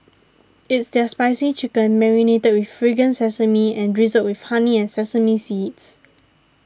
it's their spicy chicken marinated with fragrant sesame and drizzled with honey and sesame seeds